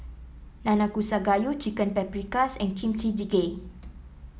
Nanakusa Gayu Chicken Paprikas and Kimchi Jjigae